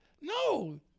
No